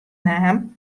naam